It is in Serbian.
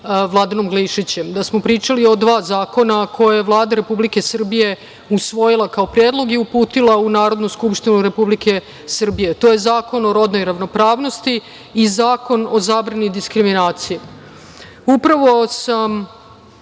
Vladanom Glišićem, da smo pričali o dva zakona koja je Vlada Republike Srbije usvojila kao predlog i uputila u Narodnu skupštinu Republike Srbije. To je Zakon o rodnoj ravnopravnosti i Zakon o zabrani diskriminacije. Upravo sam